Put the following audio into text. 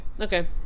okay